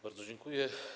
Bardzo dziękuję.